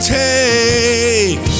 take